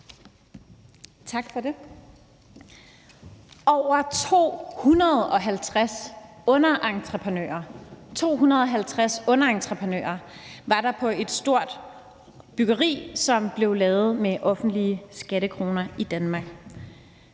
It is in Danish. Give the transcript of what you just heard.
underentreprenører – 250 underentreprenører – var der på et stort byggeri, som blev lavet for offentlige skattekroner i Danmark.